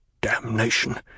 Damnation